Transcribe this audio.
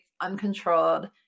uncontrolled